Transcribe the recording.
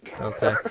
Okay